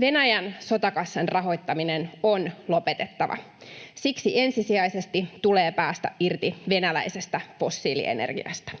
Venäjän sotakassan rahoittaminen on lopetettava. Siksi ensisijaisesti tulee päästä irti venäläisestä fossiilienergiasta.